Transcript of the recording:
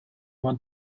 want